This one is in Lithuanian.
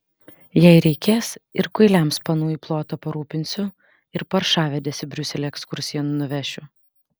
jei reikės ir kuiliams panų į plotą parūpinsiu ir paršavedes į briuselį ekskursijon nuvešiu